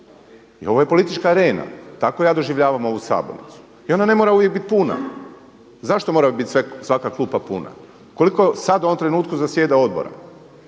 i ovo je politička arena, tako ja doživljavam ovu sabornicu i ona ne mora uvijek biti puna. Zašto mora biti svaka klupa puna? Koliko sada u ovom trenutku zasjeda odbora?